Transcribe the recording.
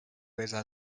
besa